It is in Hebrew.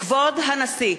כבוד הנשיא!